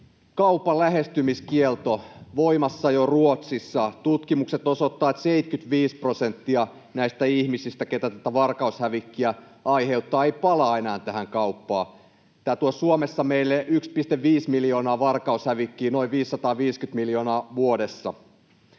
Kaupan lähestymiskielto, voimassa jo Ruotsissa. Tutkimukset osoittavat, että 75 prosenttia näistä ihmisistä, ketkä varkaushävikkiä aiheuttavat, eivät palaa enää tähän kauppaan. Tämä tuo Suomessa meille 1,5 miljoonaa euroa varkaushävikkiä päivässä, noin 550 miljoonaa euroa vuodessa.